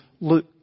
look